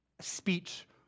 speech